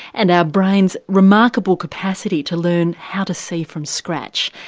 and our brains remarkable capacity to learn how to see from scratch.